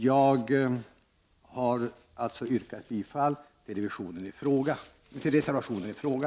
Jag yrkar således bifall till reservationen i fråga.